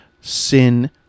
sin